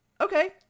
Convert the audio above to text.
okay